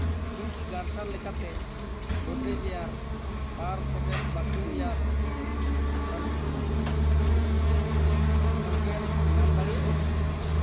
ᱤᱧ ᱠᱤ ᱜᱟᱨᱥᱟᱨ ᱞᱮᱠᱟᱛᱮ Godrej air power pocket bathroom air for fragrance ᱧᱟᱢ ᱫᱟᱲᱮᱭᱟᱜ ᱟᱹᱧ